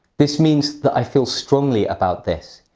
this means that i feel strongly about this.